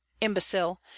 Imbecile